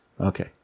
Okay